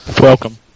Welcome